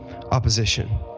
opposition